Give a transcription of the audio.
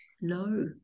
no